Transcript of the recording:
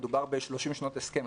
מדובר ב-30 שנות הסכם.